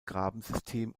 grabensystem